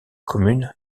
commune